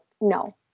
no